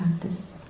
practice